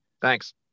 Thanks